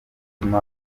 bituma